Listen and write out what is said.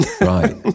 right